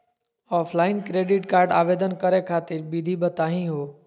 Offline credit card आवेदन करे खातिर विधि बताही हो?